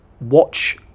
watch